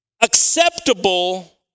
acceptable